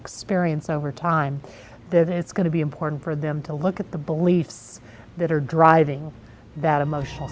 experience over time that it's going to be important for them to look at the beliefs that are driving that emotional